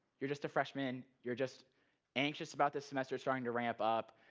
you're just a freshman. you're just anxious about this semester starting to ramp up,